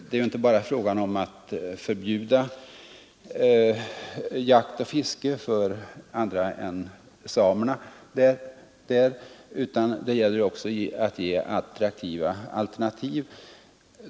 Det är ju inte bara fråga om att förbjuda jakt och fiske för andra än samerna där, utan det gäller också att ge attraktiva alternativ.